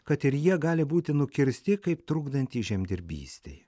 kad ir jie gali būti nukirsti kaip trukdantys žemdirbystei